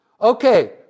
Okay